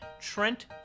Trent